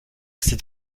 c’est